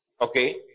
Okay